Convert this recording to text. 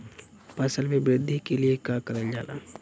फसल मे वृद्धि के लिए का करल जाला?